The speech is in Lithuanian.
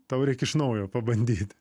tau reik iš naujo pabandyt